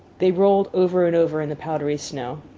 they rolled over and over in the powdery snow.